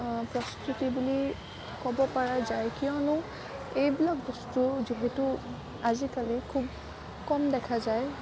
প্ৰস্তুতি বুলি ক'বপৰা যায় কিয়নো এইবিলাক বস্তু যিহেতু আজিকালি খুব কম দেখা যায়